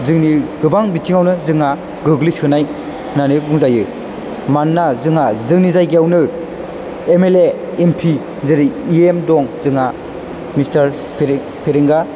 जोंनि गोबां बिथिंआवनो जोंहा गोग्लैसोनाय होननानै बुंजायो मानोना जोंहा जोंनि जायगायावनो एमएलए एमप जेरै इएम दं जोंहा मिस्टार फेरेंगा